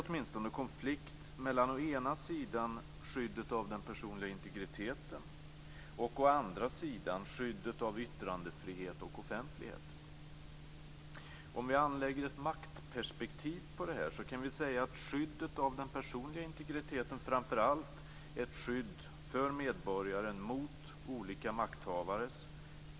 Centerpartiet var, som också mycket riktigt har sagts här, delaktigt i kommittéarbetets förslag och ansvarigt för det beslut som fattade under våren 1998 i konstitutionsutskottet och i riksdagen.